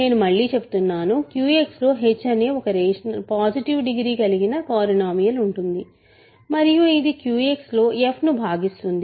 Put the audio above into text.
నేను మళ్ళీ చెప్తున్నాను QX లో h అనే ఒక పాసిటివ్ డిగ్రీ కలిగిన పాలినోమీయల్ ఉంటుంది మరియు ఇది QX లో f ను భాగిస్తుంది